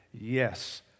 Yes